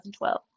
2012